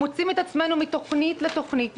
מוצאים את עצמנו מתוכנית לתוכנית,